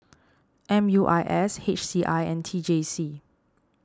M U I S H C I and T J C